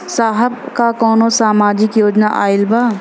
साहब का कौनो सामाजिक योजना आईल बा?